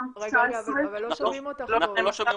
לא 12 ולא 13,